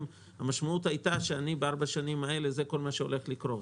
המשמעות הייתה שבארבע השנים האלה זה כל מה שהולך לקרות,